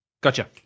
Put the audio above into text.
Gotcha